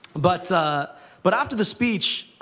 but but after the speech,